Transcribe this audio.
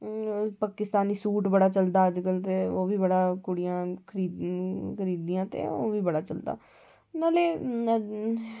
Pakistani suit बड़ा चलदा इद्धर अज्ज कल कुड़ियां बड़ियां खरीददियां ते ओह् बी बड़ा चलदा